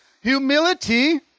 humility